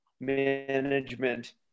management